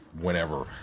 whenever